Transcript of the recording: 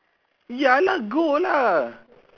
ya lah go lah